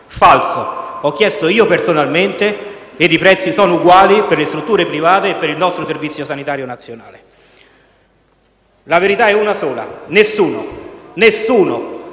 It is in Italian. Falso. Ho chiesto personalmente e i prezzi sono uguali per le strutture private e per il nostro Servizio sanitario nazionale. La verità è una sola: nessuno